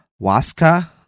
Waska